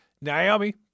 Naomi